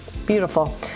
Beautiful